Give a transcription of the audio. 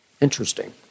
Interesting